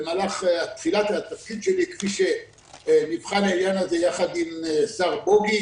במהלך תחילת התפקיד שלי כפי שנבחן העניין הזה יחד עם השר בוגי